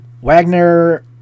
Wagner